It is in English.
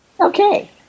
okay